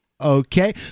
Okay